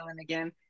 again